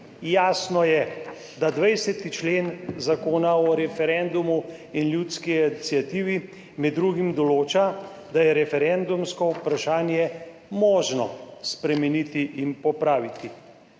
Jasno je, da 20. člen Zakona o referendumu in ljudski iniciativi med drugim določa, da je referendumsko vprašanje možno spremeniti in popraviti.